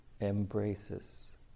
embraces